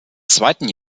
zweiten